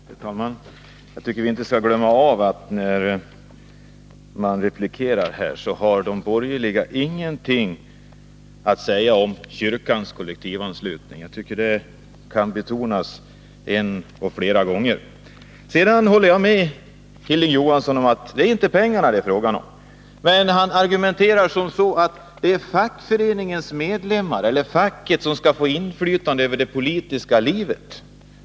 Herr talman! Jag tycker att vi inte skall glömma att när de borgerliga replikerar här så har de ingenting att säga om kyrkans kollektivanslutning. Jag tycker att detta kan betonas både en och flera gånger. Jag håller med Hilding Johansson om att det inte är pengarna det är fråga om. Men har argumenterar som så, att det som skall vara det avgörande är att facket skall få inflytande över det politiska livet.